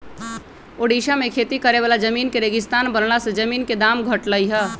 ओड़िशा में खेती करे वाला जमीन के रेगिस्तान बनला से जमीन के दाम घटलई ह